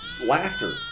laughter